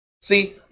See